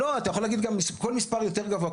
אתה יכול להגיד גם כל מספר יותר גבוה,